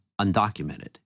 undocumented